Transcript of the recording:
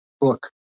book